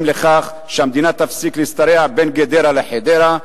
לכך שהמדינה תפסיק להשתרע בין גדרה לחדרה,